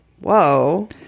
whoa